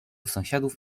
sąsiadów